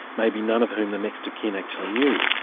maybe none of whom the next of kin actually knew.